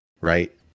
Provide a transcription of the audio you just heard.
Right